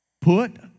Put